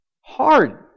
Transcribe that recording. Hard